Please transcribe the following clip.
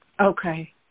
Okay